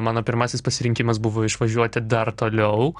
mano pirmasis pasirinkimas buvo išvažiuoti dar toliau